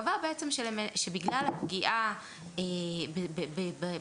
בג"ץ קבע בעצם שבגלל הפגיעה באוטונומיה,